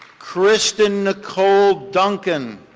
kristin nicole duncan.